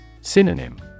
Synonym